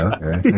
Okay